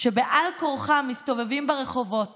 בעל כורחם מסתובבים ברחובות